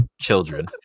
children